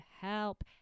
help